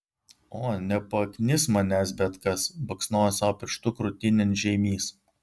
o nepaknis manęs bet kas baksnojo sau pirštu krūtinėn žeimys